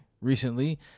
recently